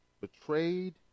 betrayed